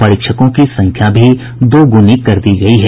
परीक्षकों की संख्या भी दोगुनी कर दी गई है